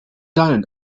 down